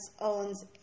owns